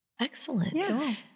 Excellent